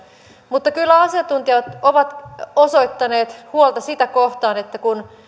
mutta kyllä asiantuntijat ovat osoittaneet huolta sitä kohtaan että kun